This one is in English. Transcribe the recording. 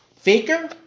faker